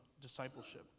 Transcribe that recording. discipleship